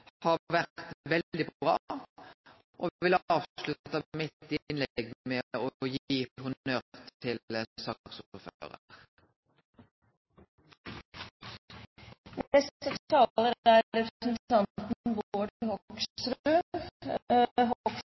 har vore veldig bra, og eg vil avslutte mitt innlegg med å gi honnør til saksordføraren. Bård Hoksrud har